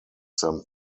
some